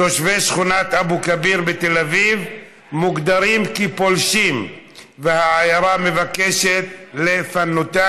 תושבי שכונת אבו כביר בתל אביב מוגדרים כפולשים והעירייה מבקשת לפנותם.